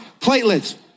platelets